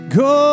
go